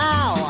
Now